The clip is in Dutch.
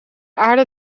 aarde